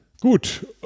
gut